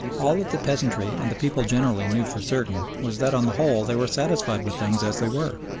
all that the peasantry and the people generally knew for certain was that on the whole they were satisfied with things as they were.